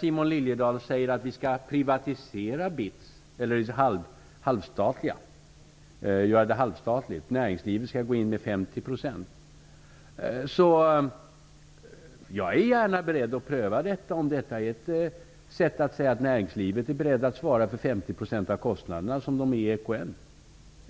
Simon Liliedahl säger att vi skall göra BITS halvstatligt och att näringslivet skall gå in med 50 % där. Jag är gärna beredd att pröva detta om näringslivet är berett att svara för 50 % av kostnaderna på samma sätt